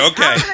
Okay